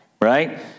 right